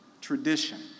tradition